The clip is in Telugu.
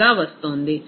1గా వస్తోంది